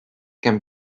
can